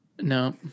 No